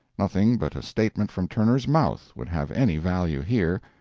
nothing but a statement from turner's mouth would have any value here,